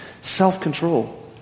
self-control